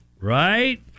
Right